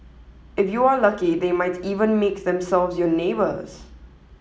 if you are lucky they might even make themselves your neighbours